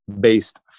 based